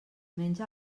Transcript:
menja